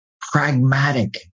pragmatic